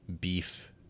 beef